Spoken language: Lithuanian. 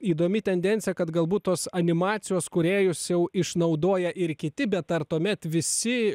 įdomi tendencija kad galbūt tos animacijos kūrėjus jau išnaudoja ir kiti bet ar tuomet visi